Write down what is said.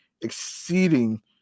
exceeding